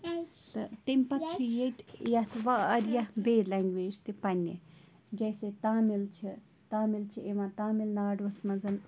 تہٕ تَمہِ پَتہٕ چھِ ییٚتہِ یَتھ واریاہ بیٚیہِ لینٛگویج تہِ پنٛنہِ جیسے تامِل چھِ تامِل چھِ یِوان تامِل ناڈُوَس منٛز